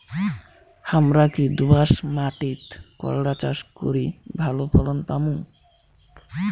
হামরা কি দোয়াস মাতিট করলা চাষ করি ভালো ফলন পামু?